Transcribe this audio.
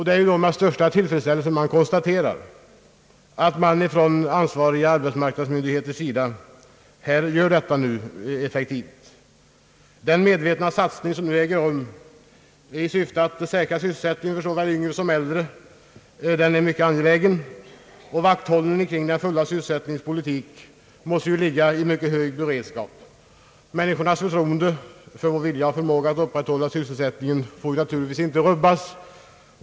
Det är med största tillfredsställelse man kan konstatera att de ansvariga arbetsmarknadsmyndigheterna arbetar effektivt med detta. Den medvetna satsning som nu äger rum i syfte att säkra sysselsättningen för såväl yngre som äldre är mycket angelägen. Vakthållningen kring den fulla sysselsättningens politik måste ligga i mycket hög beredskap. Människornas förtroende för vår vilja och förmåga att upprätthålla sysselsättningen får naturligtvis inte rubbas.